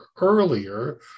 earlier